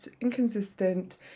inconsistent